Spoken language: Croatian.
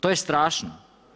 To je strašno.